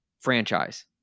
franchise